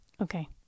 Okay